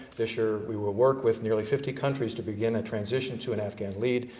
this year we will work with nearly fifty countries to begin a transition to an afghan lead,